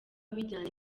bijyanye